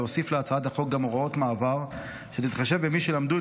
להוסיף להצעת החוק גם הוראות מעבר שיתחשבו במי שלמדו את